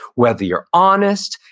whether you're honest,